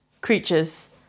creatures